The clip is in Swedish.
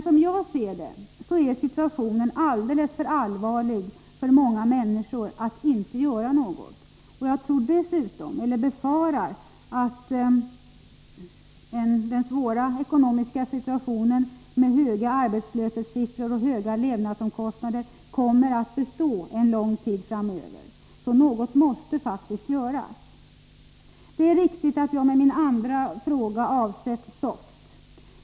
Som jag ser det är situationen alltför allvarlig för många människor för att man skall kunna nöja sig med att inte göra något. Jag tror dessutom, eller befarar, att den svåra ekonomiska situationen med höga arbetslöshetssiffror och höga levnadsomkostnader kommer att bestå en lång tid framöver. Något måste därför göras. Det är riktigt att jag med min andra fråga avsett SOFT.